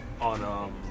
on